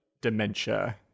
dementia